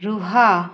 ରୁହ